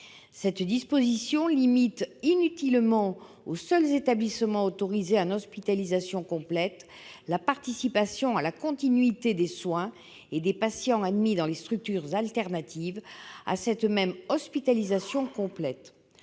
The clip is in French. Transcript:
Cette disposition limite inutilement aux seuls établissements autorisés en hospitalisation complètela participation à la continuité des soins des patients admis dans des structures alternatives à cette même hospitalisation complète.